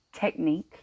technique